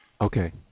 Okay